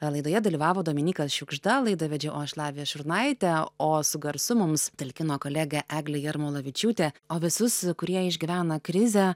laidoje dalyvavo dominykas šiugžda laidą vedžiau o aš lavija šurnaitė o su garsu mums talkino kolegė eglė jarmolavičiūtė o visus kurie išgyvena krizę